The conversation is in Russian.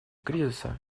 кризиса